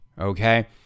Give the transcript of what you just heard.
okay